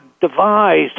devised